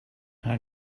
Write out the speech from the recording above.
how